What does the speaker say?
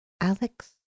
Alex